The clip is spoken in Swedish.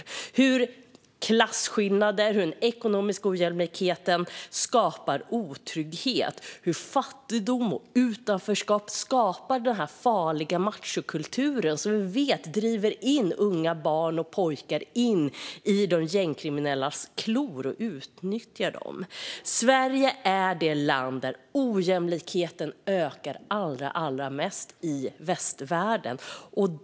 Det handlar om hur klasskillnaderna och den ekonomiska ojämlikheten skapar otrygghet och hur fattigdom och utanförskap skapar den här farliga machokulturen som vi vet driver in barn och unga pojkar i de gängkriminellas klor, där de blir utnyttjade. Sverige är det land där ojämlikheten ökar allra mest i västvärlden.